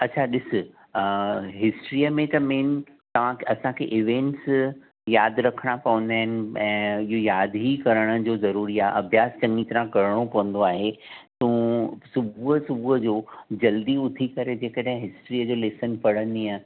अच्छा ॾिस हिस्ट्रीअ में त मेइन तव्हांखे असांखे इवेंट्स यादि रखणा पवंदा आहिनि ऐं इहो यादि ई करण जो ज़रूरी आहे अभ्यास चङी तरह करणो पवंदो आहे तूं सुबुह सुबुहु जो जल्दी उथी करे जेकहिं हिस्ट्रीअ जो लेसन पढंदीअ